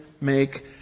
make